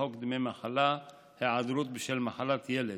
בחוק דמי מחלה (היעדרות בשל מחלת ילד).